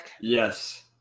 Yes